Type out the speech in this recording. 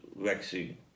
vaccine